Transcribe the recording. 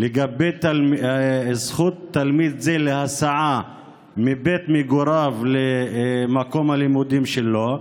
לגבי הזכות של תלמיד כזה להסעה מבית מגוריו למקום הלימודים שלו?